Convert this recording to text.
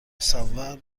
مصور